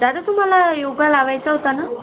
दादा तुम्हाला योगा लावायचा होता ना